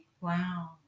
Wow